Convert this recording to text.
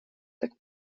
так